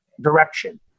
direction